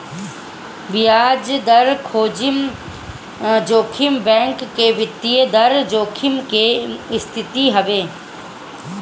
बियाज दर जोखिम बैंक के वित्तीय दर जोखिम के स्थिति हवे